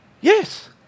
yes